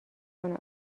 کنه